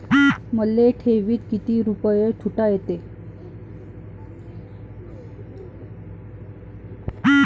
मले ठेवीत किती रुपये ठुता येते?